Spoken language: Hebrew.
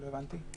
לא הבנתי.